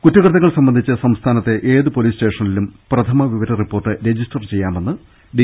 കുറ്റകൃതൃങ്ങൾ സംബന്ധിച്ച് സംസ്ഥാനത്തെ ഏതു പൊലീസ് സ്റ്റേഷ നിലും പ്രഥമ വിവര റിപ്പോർട്ട് രജിസ്റ്റർ ചെയ്യാമെന്ന് ഡി